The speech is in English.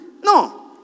No